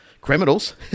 criminals